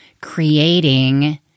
creating